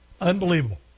Unbelievable